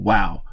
Wow